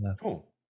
Cool